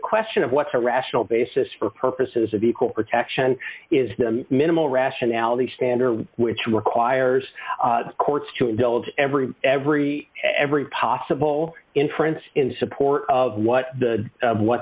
question of what's a rational basis for purposes of equal protection is them minimal rationality standard which requires the courts to indulge every every every possible inference in support of what the what